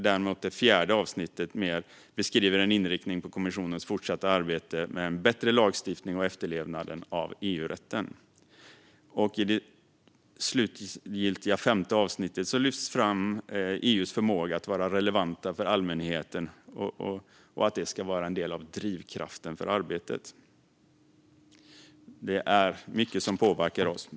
Det fjärde avsnittet beskriver mer inriktningen på kommissionens fortsatta arbete med en bättre lagstiftning och efterlevnaden av EU-rätten. I det slutliga femte avsnittet lyfter man fram EU:s förmåga att vara relevant för allmänheten och att det ska vara en del av drivkraften för arbetet. Det är mycket som påverkar oss.